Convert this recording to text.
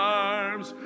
arms